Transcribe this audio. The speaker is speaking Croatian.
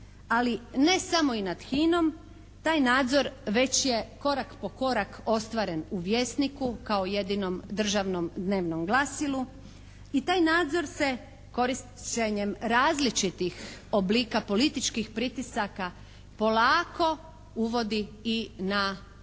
ali ne samo i nad HINA-om, taj nadzor već je korak po korak ostvaren u "Vjesniku" kao jedinom državnom dnevnom glasilu i taj nadzor se korišćenjem različitih oblika političkih pritisaka polako uvodi i na HRT